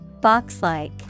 box-like